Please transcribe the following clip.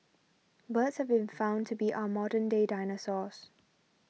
birds have been found to be our modern day dinosaurs